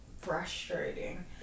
frustrating